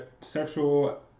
sexual